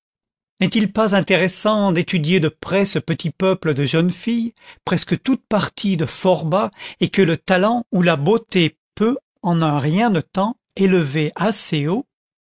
n'est-il pas intéressant d'étudier de près ce petit peuple de jeunes filles presque toutes parties de fort bas et que le talent ou la beauté peut en un rien de temps élever assez haut